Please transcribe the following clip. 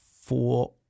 four